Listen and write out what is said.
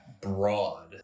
broad